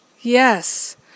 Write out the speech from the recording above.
yes